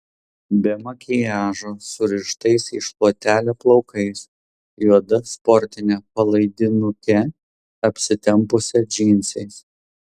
be makiažo surištais į šluotelę plaukais juoda sportine palaidinuke apsitempusią džinsais